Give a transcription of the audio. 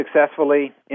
successfully